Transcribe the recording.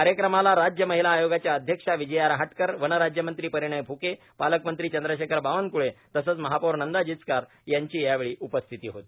कार्यक्रमाला राज्य महिला आयोगाच्या अध्यक्षा विजया रहाटकर वन राज्यमंत्री परिणय फुके पालकमंत्री चंद्रशेखर बावनकुळे तसंच महापीर नंदा जिचकार यांची यावेळी उपस्थिती होती